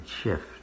shift